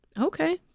Okay